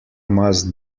must